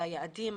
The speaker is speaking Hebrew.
על היעדים,